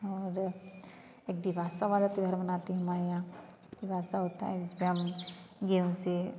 और एक दिवात्सव वाला त्योहार मनाती हैं हमारे यहाँ दिवात्सव होता है जिसमें हम गेहूँ से